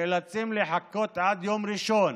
נאלצים לחכות עד יום ראשון